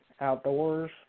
Outdoors